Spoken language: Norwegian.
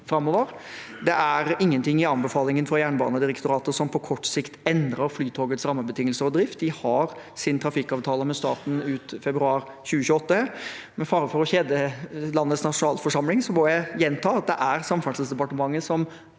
Det er ingenting i anbefalingen fra Jernbanedirektoratet som på kort sikt endrer Flytogets rammebetingelser og drift. De har sin trafikkavtale med staten ut februar 2028. Med fare for å kjede landets nasjonalforsamling må jeg gjenta at det er Samferdselsdepartementet som